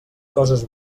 coses